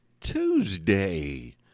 Tuesday